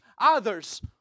others